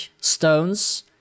stones